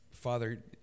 Father